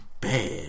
bad